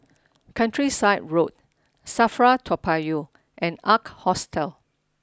Countryside Road Safra Toa Payoh and Ark Hostel